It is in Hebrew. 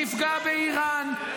נפגע באיראן,